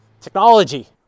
technology